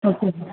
okay